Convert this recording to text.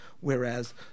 whereas